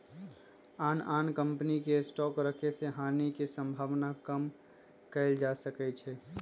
आन आन कम्पनी के स्टॉक रखे से हानि के सम्भावना कम कएल जा सकै छइ